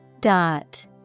Dot